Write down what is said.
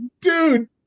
dude